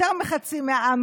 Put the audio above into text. יותר מחצי מהעם,